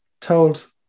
told